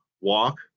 walk